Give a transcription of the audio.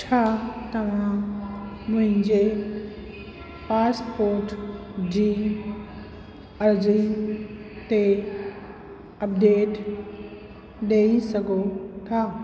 छा तव्हां मुंहिंजे पासपोट जी अर्ज़ी ते अपडेट ॾई सघो था